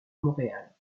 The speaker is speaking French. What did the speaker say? montréal